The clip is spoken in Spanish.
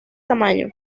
tamaño